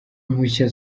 impushya